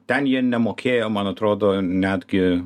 ten jie nemokėjo man atrodo netgi